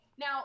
Now